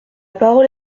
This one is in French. parole